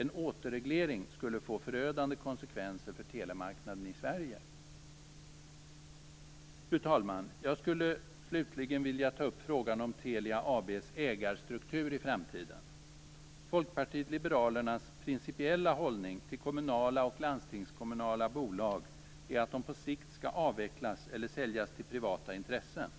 En återreglering skulle få förödande konsekvenser för telemarknaden i Sverige. Fru talman! Jag skulle också vilja ta upp frågan om Telia AB:s ägarstruktur i framtiden. Folkpartiet liberalernas principiella hållning till kommunala och landstingskommunala bolag är att de på sikt skall avvecklas eller säljas till privata intressen.